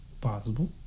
possible